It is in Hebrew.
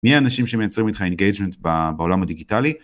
מי האנשים שמייצרים איתך אינגייג'מנט בעולם הדיגיטלי.